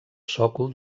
sòcol